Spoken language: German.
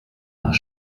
nach